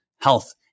health